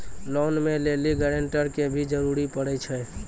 Loan लै लेली guarantor के भी जरूरी पड़ै छै?